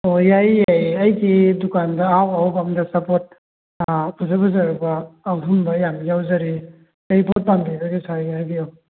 ꯑꯣ ꯌꯥꯏꯌꯦ ꯌꯥꯏꯌꯦ ꯑꯩꯒꯤ ꯗꯨꯀꯥꯟꯗ ꯑꯍꯥꯎ ꯑꯍꯥꯎꯕ ꯑꯆꯥꯄꯣꯠ ꯐꯖ ꯐꯖꯔꯕ ꯑꯊꯨꯝꯕ ꯌꯥꯝꯅ ꯌꯥꯎꯖꯔꯤ ꯀꯩ ꯄꯣꯠ ꯄꯥꯝꯕꯤꯒꯗꯒꯦ ꯁꯥꯔꯒꯤ ꯍꯥꯏꯕꯤꯌꯨ